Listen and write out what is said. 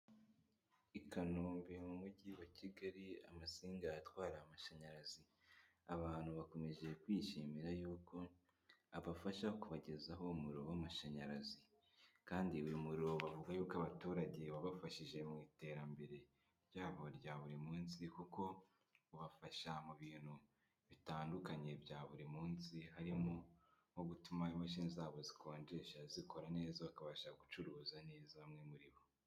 I Kanombe mu mujyi wa Kigali, amatsinga atwara amashanyarazi, abantu bakomeje kwishimira yuko abafasha kubagezaho umuriro w'amashanyarazi, kandi uyu muriro bavuga yuko abaturage wabafashije mu iterambere ryabo rya buri munsi, kuko ubafasha mu bintu bitandukanye bya buri munsi, harimo nko gutuma imashini zabo zikonjesha zikora neza, bakabasha gucuruza neza bamwe muri bo.